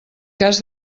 cas